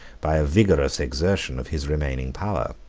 by a vigorous exertion of his remaining power.